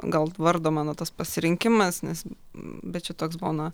gal vardo mano tas pasirinkimas nes bet čia toks būna